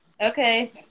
Okay